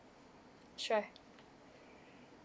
sure